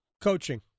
Coaching